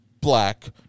black